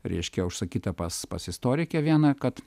reiškia užsakytą pas pas istorike vieną kad